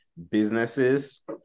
businesses